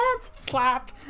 Slap